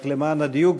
רק למען הדיוק,